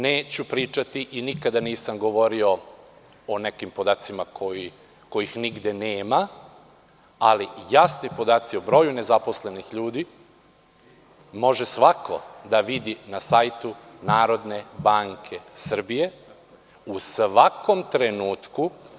Neću pričati i nikada nisam govorio o nekim podacima kojih nigde nema, ali jasni podaci o broju nezaposlenih ljudi, može svako da ih vidi na sajtu Narodne banke Srbije u svakom trenutku.